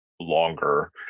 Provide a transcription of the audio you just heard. longer